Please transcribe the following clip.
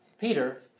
Peter